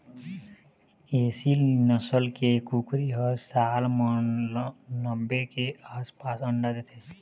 एसील नसल के कुकरी ह साल म नब्बे के आसपास अंडा देथे